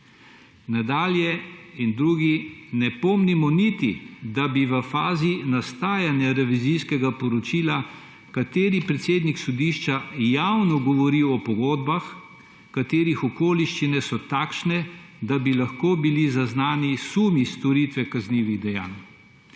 Nadalje drugi: »Ne pomnimo niti, da bi v fazi nastajanja revizijskega poročila kateri predsednik sodišča javno govoril o pogodbah, katerih okoliščine so takšne, da bi lahko bili zaznani sumi storitve kaznivih dejanj.